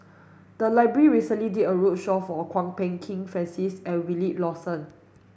the library recently did a roadshow for Kwok Peng Kin Francis and Wilfed Lawson